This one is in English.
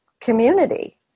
community